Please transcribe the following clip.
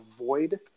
avoid